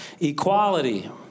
equality